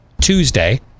Tuesday